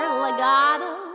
legato